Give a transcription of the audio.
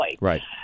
Right